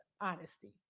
honesty